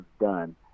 done